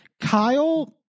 Kyle